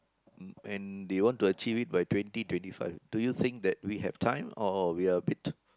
and they want to achieve it by twenty twenty five do you think that we have time or we are a bit